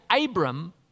Abram